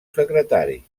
secretari